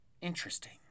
Interesting